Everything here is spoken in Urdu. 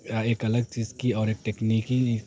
ایک الگ چیز کی اور ایک ٹیکنیکی